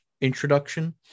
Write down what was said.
introduction